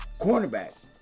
cornerback